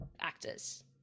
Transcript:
actors